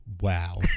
wow